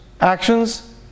actions